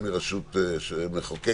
גם מרשות מחוקקת,